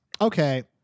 Okay